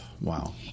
wow